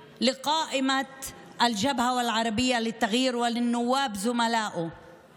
אל רשימת חד"ש-בל"ד ואל עמיתיו חברי הכנסת.